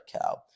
cow